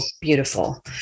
beautiful